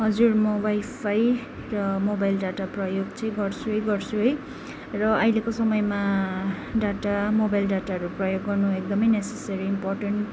हजुर म वाइफाई र मोबाइल डाटा प्रयोग चाहिँ गर्छु नै गर्छु है र अहिलेको समयमा डाटा मोबाइल डाटाहरू प्रयोग गर्नु एकदमै नेसेसरी इम्पोर्टेन्ट